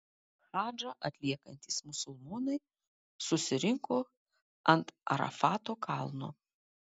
hadžą atliekantys musulmonai susirinko ant arafato kalno